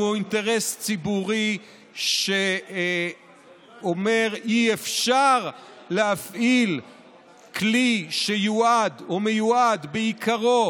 הוא אינטרס ציבורי שאומר: אי-אפשר להפעיל כלי שיועד או מיועד בעיקרו